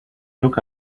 took